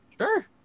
Sure